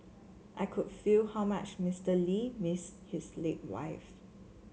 I could feel how much Mister Lee missed his late wife